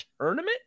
tournament